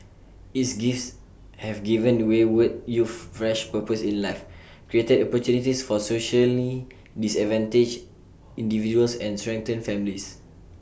its gifts have given the wayward youth fresh purpose in life created opportunities for socially disadvantaged individuals and strengthened families